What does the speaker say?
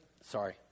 Sorry